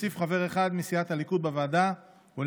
להוסיף חבר אחד מסיעת הליכוד בוועדה ולהגדיל